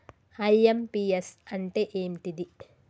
IMPS అంటే ఏంటిది?